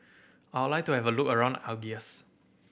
I would like to have a look around Algiers